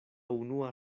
unua